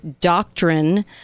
doctrine